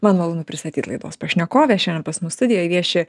man malonu pristatyt laidos pašnekovę šiandien pas mus studijoje vieši